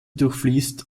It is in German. durchfließt